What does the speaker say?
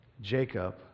Jacob